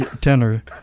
Tenor